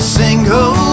single